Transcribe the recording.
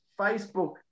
Facebook